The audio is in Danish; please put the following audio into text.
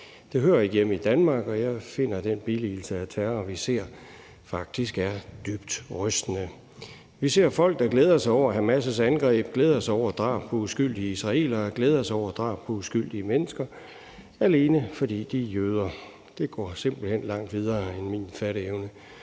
Det hører ikke hjemme i Danmark, og jeg finder, at den billigelse af terror, vi ser, faktisk er dybt rystende. Vi ser folk, der glæder sig over Hamas' angreb, glæder sig over drab på uskyldige israelere og glæder sig over drab på uskyldige mennesker, alene fordi de er jøder. Det går simpelt hen langt ud over min fatteevne.